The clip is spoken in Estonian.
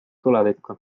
tulevikku